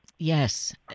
Yes